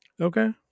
Okay